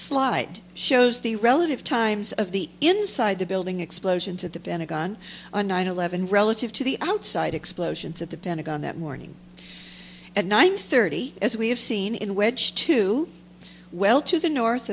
slide shows the relative times of the inside the building explosions at the pentagon on nine eleven relative to the outside explosions of the pentagon that morning at nine thirty as we have seen in which two well to the north